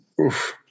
Oof